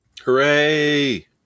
Hooray